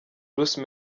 bruce